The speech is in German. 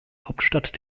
hauptstadt